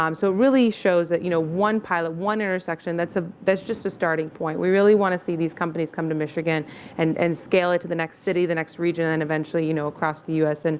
um so really shows that, you know, one pilot, one intersection, that's ah that's just a starting point. we really want to see these companies come to michigan and and scale it to the next city. the next region. and eventually, you know, across the u s. and